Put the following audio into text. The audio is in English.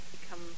become